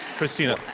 christina,